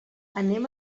anem